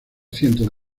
cientos